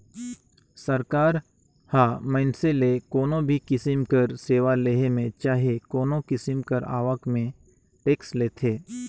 सरकार ह मइनसे ले कोनो भी किसिम कर सेवा लेहे में चहे कोनो किसिम कर आवक में टेक्स लेथे